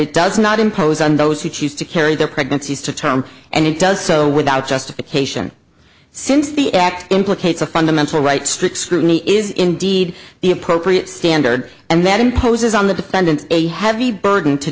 it does not impose on those who choose to carry their pregnancies to term and it does so without justification since the act implicates a fundamental right strict scrutiny is indeed the appropriate standard and that imposes on the defendant a heavy burden to